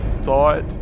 thought